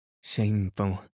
Shameful